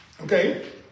Okay